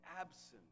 absence